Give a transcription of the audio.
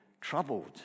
troubled